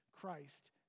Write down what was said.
Christ